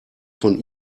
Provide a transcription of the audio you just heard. von